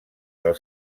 del